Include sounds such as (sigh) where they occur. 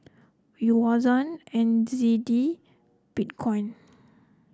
Yuan (unintelligible) and Z D Bitcoin